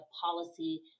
policy